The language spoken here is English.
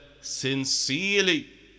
sincerely